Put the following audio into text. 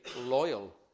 loyal